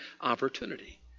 opportunity